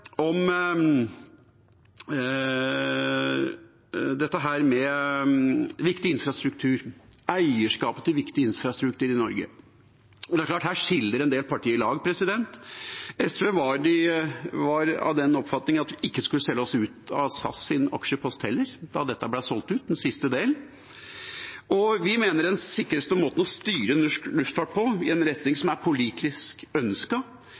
om eierskapet til viktig infrastruktur i Norge. Det er klart at her skiller en del partier lag. SV var av den oppfatning at vi heller ikke skulle selge oss ut av SAS’ aksjepost da den siste delen ble solgt ut. Vi mener den sikreste måten å styre norsk luftfart på i en retning